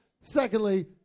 Secondly